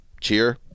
cheer